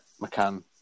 McCann